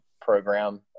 program